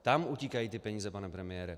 Tam utíkají ty peníze, pane premiére.